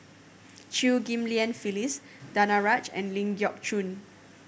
Chew Ghim Lian Phyllis Danaraj and Ling Geok Choon